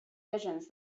visions